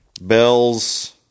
Bell's